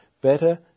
better